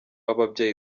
w’ababyeyi